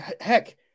heck